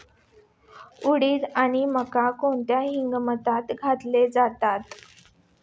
उडीद आणि मका कोणत्या हंगामात घेतले जातात?